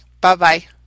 Bye-bye